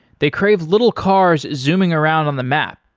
they crave little cars zooming around on the map.